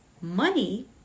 money